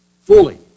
Fully